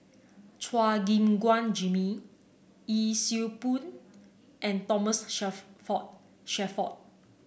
Chua Gim Guan Jimmy Yee Siew Pun and Thomas Shelford Shelford